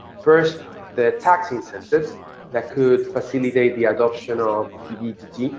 first, the tax incentives that could facilitate the adoption of pv dg.